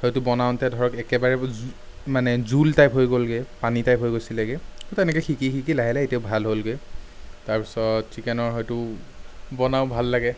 হয়তো বনাওঁতে ধৰক একেবাৰে জো মানে জোল টাইপ হৈ গ'লগে পানী টাইপ হৈ গৈছিলেগে তেনেকে শিকি শিকি লাহে লাহে এতিয়া ভাল হ'লগে তাৰপিছত চিকেনৰ সেইটো বনাওঁ ভাল লাগে